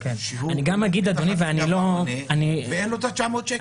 שהוא --- ואין לו את ה-900 שקל.